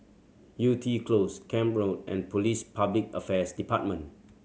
Yew Tee Close Camp Road and Police Public Affairs Department